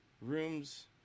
rooms